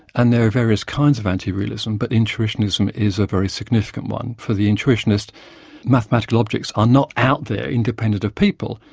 and there are various kinds of anti-realism, but intuitionism is a very significant one. for the intuitionist mathematical objects are not out there independent of people.